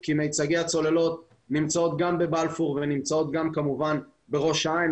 כי מיצגי הצוללות נמצאים גם בבלפור וגם כמובן בראש העין.